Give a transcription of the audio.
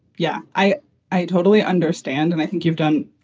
yeah, i i totally understand. and i think you've done,